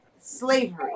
slavery